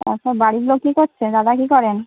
আচ্ছা বাড়ির লোক কী করছে দাদা কী করেন